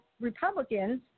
republicans